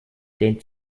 dehnt